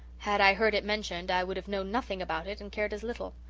had i heard it mentioned i would have known nothing about it and cared as little.